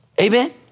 Amen